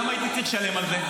למה הייתי צריך לשלם על זה?